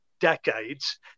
decades